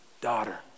daughter